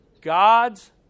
God's